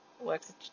works